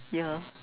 yeah